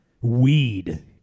weed